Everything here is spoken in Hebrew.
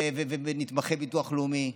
ונתמכי הביטוח הלאומי,